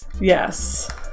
Yes